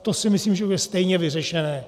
To si myslím, že bude stejně vyřešené.